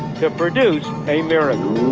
to produce a miracle.